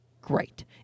great